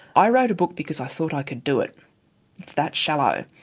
i wrote a book because i thought i could do it. it's that shallow.